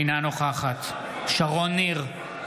אינה נוכחת שרון ניר,